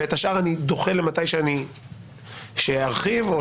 ואת השאר אני דוחה למתי שארחיב או